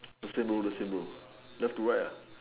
just say blue just say blue left to right ah